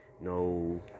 no